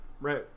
Right